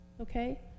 Okay